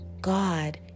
God